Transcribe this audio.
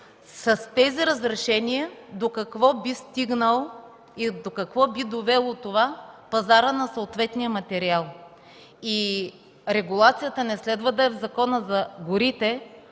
с тези разрешения до какво би довел пазарът на съответния материал. Регулацията не следва да е в Закона за горите,